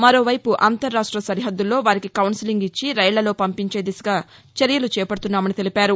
మరోవైపు అంతరాష్ట సరిహద్దుల్లో వారికి కౌన్సెలింగ్ ఇచ్చి రెళ్లలో పంపించే దిశగా చర్యలు చేపడుతున్నామని తెలిపారు